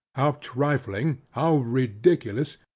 how trifling, how ridiculous,